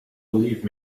believe